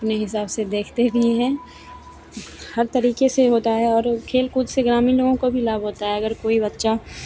अपने हिसाब से देखते भी हैं हर तरीके से होता है और खेल कूद से ग्रामीण हो उनको भी लाभ होता है अगर कोई बच्चा